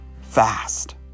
fast